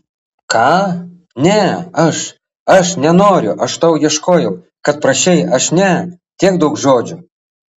ką ne aš aš nenoriu aš tau ieškojau kad prašei aš ne tiek daug žodžių